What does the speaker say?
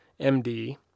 MD